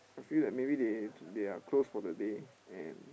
I feel that maybe they they are closed for the day and